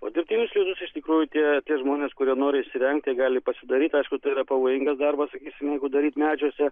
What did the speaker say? o dirbtinius lizdus iš tikrųjų tie tie žmonės kurie nori įsirengti gali pasidaryti aišku tai yra pavojingas darbas sakysim jeigu daryt medžiuose